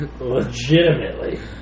Legitimately